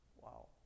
Wow